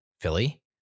Philly